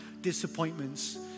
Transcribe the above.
disappointments